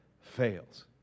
fails